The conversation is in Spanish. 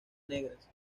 negras